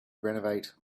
renovate